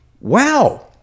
wow